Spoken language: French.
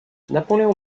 napoléon